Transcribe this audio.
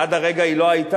עד הרגע היא לא היתה,